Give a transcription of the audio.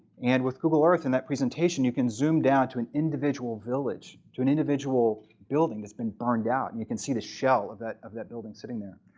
and with google earth and that presentation, you can zoom down to an individual village, to an individual building that's been burned out, and you can see the shell of that of that building sitting there.